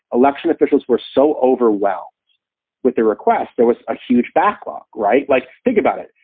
election officials were so overwhelmed with the requests. there was a huge backlog, right. like, think about it,